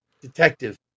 detective